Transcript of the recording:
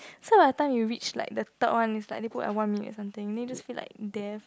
so by the time you reach like the third one it's like they put at one minute or something then you just feel like death